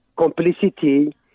complicity